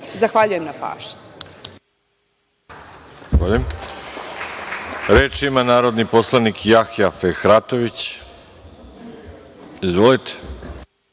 Zahvaljujem na pažnji.